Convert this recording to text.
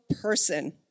person